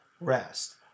rest